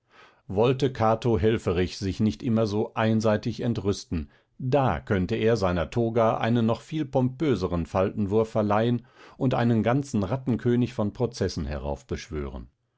wollte cato helfferich sich nicht immer so einseitig entrüsten da könnte er seiner toga einen noch viel pompöseren faltenwurf verleihen und einen ganzen rattenkönig von prozessen heraufbeschwören